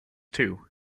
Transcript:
two